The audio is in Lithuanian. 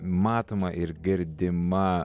matoma ir girdima